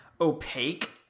opaque